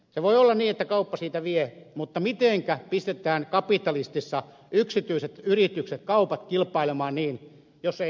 se voi olla niin että kauppa siitä vie mutta mitenkä pistetään kapitalismissa yksityiset yritykset kaupat kilpailemaan niin jos ei niitä sosialisoida